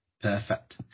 Perfect